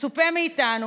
מצופה מאיתנו,